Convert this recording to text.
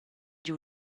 giu